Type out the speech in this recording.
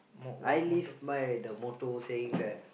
I live by the motto saying that